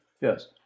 Yes